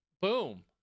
boom